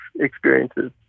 experiences